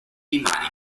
rimane